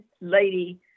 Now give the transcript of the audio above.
Lady